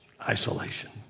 Isolation